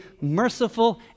merciful